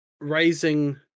raising